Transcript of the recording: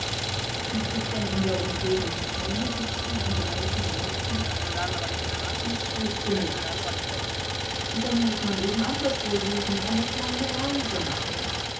gibt es denn in der umgegend keine hübschen und reichen mädchen ich wüßte nicht dann muß man eben anderswo suchen eine kleine reise machen